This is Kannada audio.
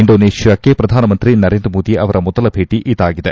ಇಂಡೋನೇಷ್ಯಾಕ್ಷೆ ಪ್ರಧಾನಮಂತ್ರಿ ನರೇಂದ್ರ ಮೋದಿ ಅವರ ಮೊದಲ ಭೇಟಿ ಇದಾಗಿದೆ